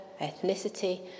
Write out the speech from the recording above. ethnicity